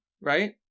right